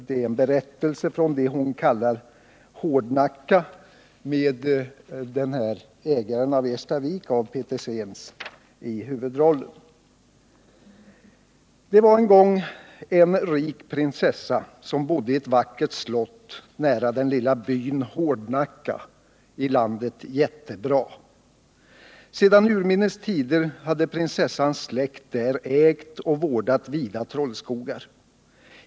Det är en berättelse om vad hon kallar Hårdnacka med ägaren av Erstavik, af Petersens, i huvudrollen. ”Det var en gång en rik prinsessa som bodde i ett vackert slott nära den lilla byn Hårdnacka i landet Jättebra. Sedan urminnes tider hade prinsessans släkt där ägt och vårdat vida trollskogar.